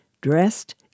dressed